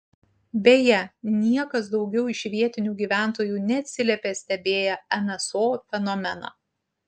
beje niekas daugiau iš vietinių gyventojų neatsiliepė stebėję nso fenomeną